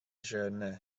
siwrne